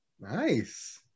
Nice